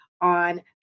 on